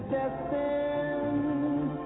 destined